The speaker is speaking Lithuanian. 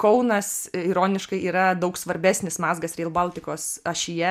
kaunas ironiškai yra daug svarbesnis mazgas reil baltikos ašyje